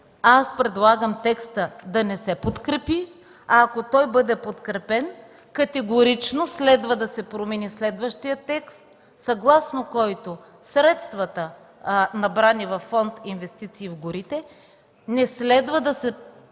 аз предлагам текстът да не се подкрепи, а ако той бъде подкрепен, категорично следва да се промени следващият текст, съгласно който средствата, набрани във фонд „Инвестиции в горите”, не следва да бъде